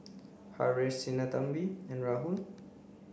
Haresh Sinnathamby and Rahul